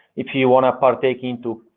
if you want to partake into,